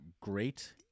great